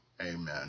Amen